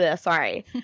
sorry